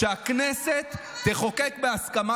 שהכנסת תחוקק בהסכמה,